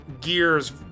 gears